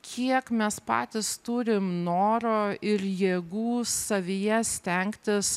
kiek mes patys turim noro ir jėgų savyje stengtis